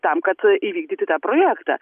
tam kad įvykdyti tą projektą